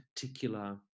particular